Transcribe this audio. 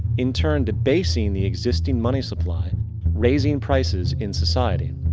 in turn, debasing the existing money supply raising prices in society.